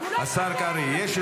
--- השר קרעי, אני מבקש ממך.